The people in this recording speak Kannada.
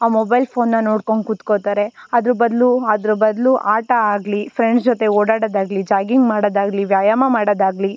ಆ ಮೊಬೈಲ್ ಫೋನ್ನ ನೋಡ್ಕೊಂಡು ಕುತ್ಕೋತಾರೆ ಅದ್ರ ಬದಲು ಅದ್ರ ಬದಲು ಆಟ ಆಗಲೀ ಫ್ರೆಂಡ್ಸ್ ಜೊತೆ ಓಡಾಡೋದಾಗ್ಲೀ ಜಾಗಿಂಗ್ ಮಾಡೋದಾಗ್ಲೀ ವ್ಯಾಯಾಮ ಮಾಡೋದಾಗ್ಲೀ